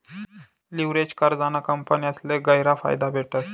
leveraged कर्जना कंपन्यासले गयरा फायदा भेटस